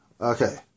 Okay